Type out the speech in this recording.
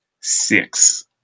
six